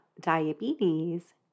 diabetes